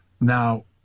Now